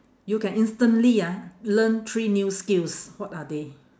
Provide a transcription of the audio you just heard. you can instantly ah learn three new skills what are they